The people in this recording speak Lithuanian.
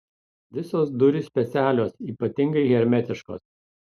visos durys specialios ypatingai hermetiškos